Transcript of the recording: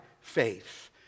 faith